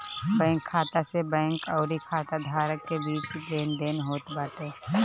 bank खाता से bank अउरी खाता धारक के बीच लेनदेन होत बाटे